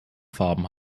farben